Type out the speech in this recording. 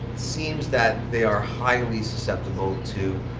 seems that they are highly susceptible to